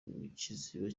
kiziba